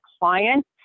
client